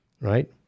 right